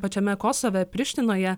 pačiame kosove prištinoje